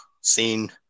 seen